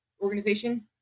organization